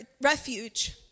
refuge